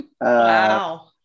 Wow